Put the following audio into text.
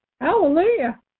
Hallelujah